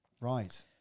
right